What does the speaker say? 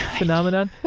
phenomenon